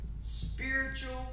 spiritual